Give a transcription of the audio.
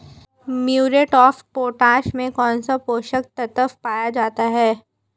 Muriate of potash में कौन सा पोषक तत्व पाया जाता है?